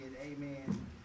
Amen